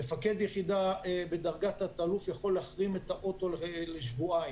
מפקד יחידה בדרגת תא"ל יכול להחרים את האוטו לשבועיים.